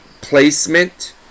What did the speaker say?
Placement